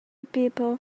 people